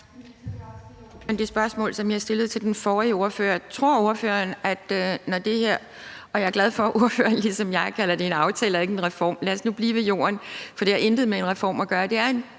det spørgsmål, som jeg stillede til den forrige ordfører: Tror ordføreren, forventer man, at når det her – og jeg er glad for, at ordføreren ligesom mig kalder det en aftale og ikke en reform, for lad os nu blive ved jorden, for det har intet med reform af gøre;